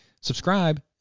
subscribe